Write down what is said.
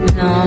no